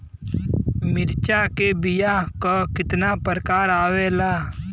मिर्चा के बीया क कितना प्रकार आवेला?